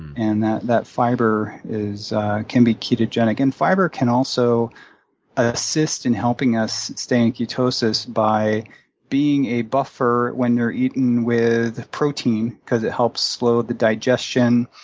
and that that fiber can be ketogenic. and fiber can also assist in helping us stay in ketosis by being a buffer when they're eaten with protein because it helps slow the digestion,